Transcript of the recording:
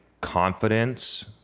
confidence